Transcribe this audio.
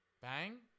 bang